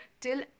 till